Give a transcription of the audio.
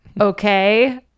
Okay